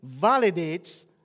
validates